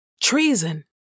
Treason